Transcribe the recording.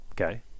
Okay